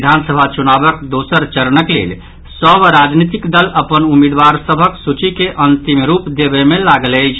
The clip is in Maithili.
विधानसभा चुनावक दोसर चरणक लेल सभ राजनीतिक दल अपन उम्मीदवार सभक सूची के अंतिम रूप देबय मे लागल अछि